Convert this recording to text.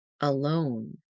alone